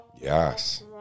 Yes